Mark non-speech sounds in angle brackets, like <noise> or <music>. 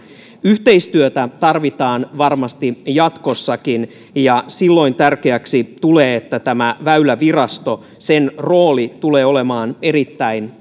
yhteistyötä tarvitaan varmasti jatkossakin ja silloin tärkeäksi tulee tämä väylävirasto sen rooli tulee olemaan erittäin <unintelligible>